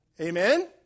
Amen